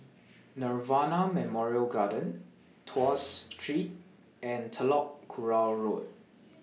Nirvana Memorial Garden Tuas Street and Telok Kurau Road